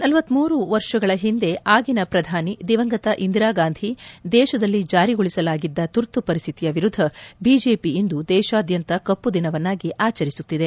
ನಲವತ್ಮೂರು ವರ್ಷಗಳ ಹಿಂದೆ ಆಗಿನ ಪ್ರಧಾನಿ ದಿವಂಗತ ಇಂದಿರಾಗಾಂಧಿ ದೇಶದಲ್ಲಿ ಜಾರಿಗೊಳಿಸಲಾಗಿದ್ದ ತುರ್ತು ಪರಿಸ್ಥಿತಿಯ ವಿರುದ್ದ ಬಿಜೆಪಿ ಇಂದು ದೇಶಾದ್ಯಂತ ಕಪ್ಪು ದಿನವನ್ನಾಗಿ ಆಚರಿಸುತ್ತಿದೆ